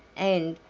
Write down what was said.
and,